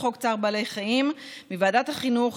צער בעלי חיים (הגנה על בעלי חיים) היא ועדת החינוך,